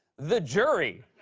the jury.